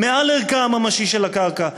מעל ערכה הממשי של הקרקע,